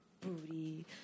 booty